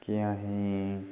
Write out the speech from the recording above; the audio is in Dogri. के असें ई